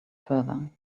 further